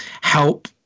help